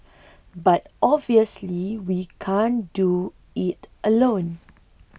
but obviously we can't do it alone